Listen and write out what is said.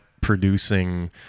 producing